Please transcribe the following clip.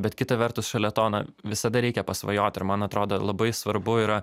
bet kita vertus šalia to na visada reikia pasvajot ir man atrodo labai svarbu yra